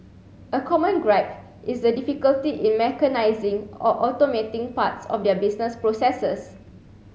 a common gripe is the difficulty in mechanising or automating parts of their business processes